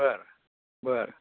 बरं बरं